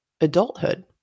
adulthood